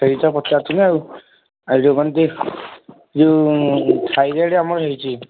ସେଇତ ପଚାରୁଥିଲି ଆଉ ଆଉ ଯେଉଁମାନେ ଯେଉଁ ଥାଇରଏଡ଼ ଆମର ହେଇଛି